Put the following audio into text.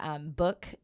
book